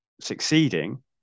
succeeding